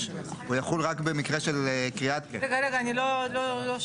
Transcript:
הוא יחול רק במקרה של -- רגע אני לא שמעתי,